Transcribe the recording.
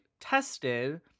tested